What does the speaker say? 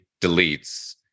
deletes